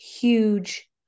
huge